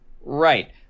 right